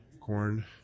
corn